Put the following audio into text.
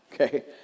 okay